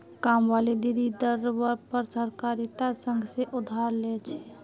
कामवाली दीदी दर पर सहकारिता संघ से उधार ले छे